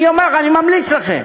אני אומר לכם, אני ממליץ לכם.